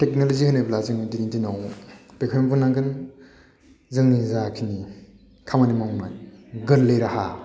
technology होनोब्ला जों दिनैनि दिनाव बेखौनो बुंनांगोन जोंनि जाखिनि खामानि मावनाय गोरलै राहा